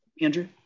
Andrew